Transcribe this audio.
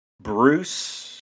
Bruce